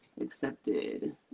accepted